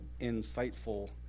insightful